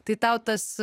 tai tau tas